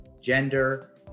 gender